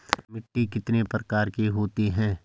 मिट्टी कितने प्रकार की होती है?